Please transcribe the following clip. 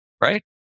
Right